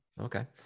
okay